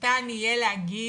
ניתן יהיה להגיד,